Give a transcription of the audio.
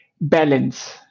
balance